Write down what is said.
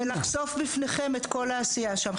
ולחשוף בפניכם את כל העשייה שם.